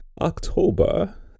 October